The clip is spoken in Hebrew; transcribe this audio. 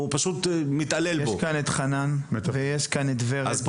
הוא מתעלל בו --- יושבים כאן חנן דנציגר וורד והב,